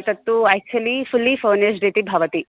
एतत्तु actually fully furnished इति भवति